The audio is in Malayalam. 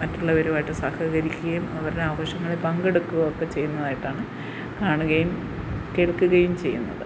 മറ്റുള്ളവരുമായിട്ട് സഹകരിക്കുകയും അവരുടെ ആഘോഷങ്ങളിൽ പങ്കെടുക്കുകയും ഒക്കെ ചെയ്യുന്നതായിട്ടാണ് കാണുകയും കേൾക്കുകയും ചെയ്യുന്നത്